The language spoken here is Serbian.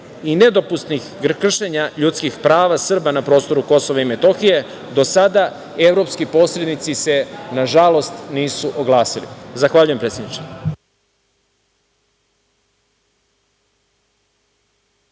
i nedopustivih kršenja ljudskih prava Srba na prostoru KiM. Do sada, evropski posrednici se, nažalost, nisu oglasili. Zahvaljujem, predsedniče.